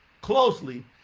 closely